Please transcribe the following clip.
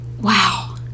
wow